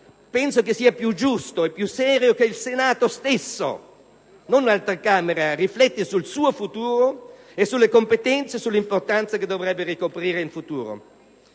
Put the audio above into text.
Penso che sia più giusto e più serio che il Senato stesso, non un'altra Camera, rifletta sul suo futuro e sulle competenze e sull'importanza che dovrebbe ricoprire in futuro.